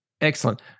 Excellent